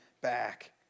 back